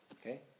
Okay